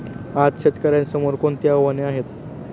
आज शेतकऱ्यांसमोर कोणती आव्हाने आहेत?